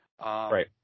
Right